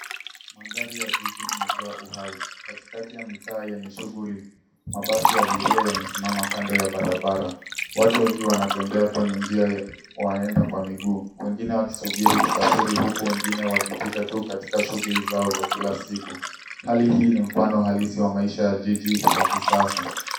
Mandhari ya jiji imejaa uhai. Katikati ya mitaa yenye shughuli mabasi ya abiria yamesimama kando ya barabara. Watu wengi wanatembea kwenye njia ya waenda kwa miguu wengine wakisubiri usafiri huku wengine wakipita tu katika shughuli zao za kila siku. Hali hii ni mfano halisi wa maisha ya jiji la kisasa.